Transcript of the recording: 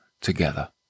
together